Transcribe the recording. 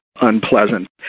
unpleasant